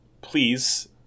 please